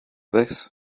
this